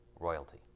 royalty